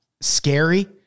scary